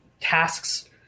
tasks